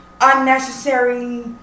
unnecessary